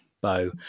bow